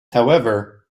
however